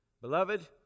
Beloved